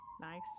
nice